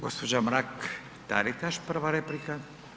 Gđa. Mrak-Taritaš, prva replika.